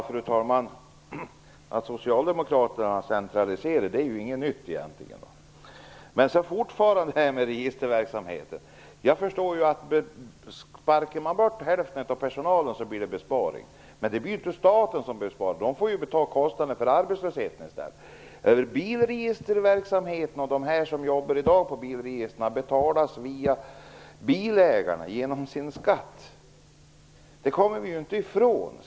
Fru talman! Att Socialdemokraterna centraliserar är inget nytt. Jag vill fortfarande tala om registerverksamheten. Jag förstår att det blir en besparing om man sparkar bort hälften av personalen. Men det är inte staten som sparar, utan staten får betala kostnaderna för arbetslösheten i stället. Bilregisterverksamheten och de som i dag jobbar på bilregistret betalas via bilägarna genom skatten. Det kommer vi inte ifrån.